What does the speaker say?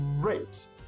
great